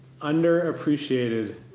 underappreciated